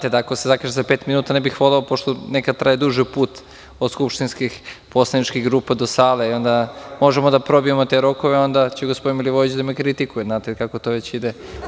Jer, ako se zakaže za pet minuta, nekad traje duže put od skupštinskih poslaničkih grupa do sale i možemo da probijemo te rokove i onda će gospodin Milivojević da me kritikuje, znate kako to već ide.